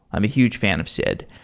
i'm a huge fan of seed.